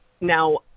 Now